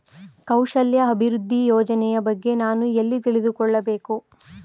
ಕೌಶಲ್ಯ ಅಭಿವೃದ್ಧಿ ಯೋಜನೆಯ ಬಗ್ಗೆ ನಾನು ಎಲ್ಲಿ ತಿಳಿದುಕೊಳ್ಳಬೇಕು?